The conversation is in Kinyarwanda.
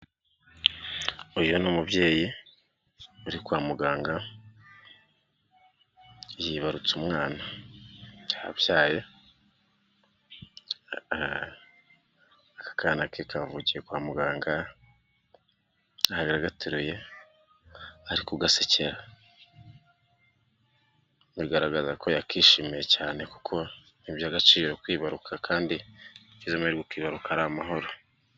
Uu ni umubyeyi uri kwa muganga yibarutse umwana, yabyaye akana ke kavukiye kwa muganga aragateruye ari kugasekera, bigaragaza ko yakishimiye cyane kuko ni iby'agaciro kwibaruka kandi ugize amahirwe ukibaruka ari amahoro.